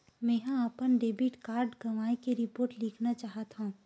मेंहा अपन debit card गवाए के रिपोर्ट लिखना चाहत हव